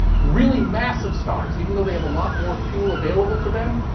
really massive stars, even though they have a lot more fuel available to them,